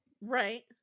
Right